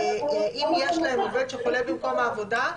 אם יש להם עובד שחולה במקום עבודה,